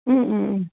ம் ம் ம்